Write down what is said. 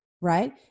right